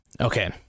Okay